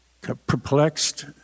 perplexed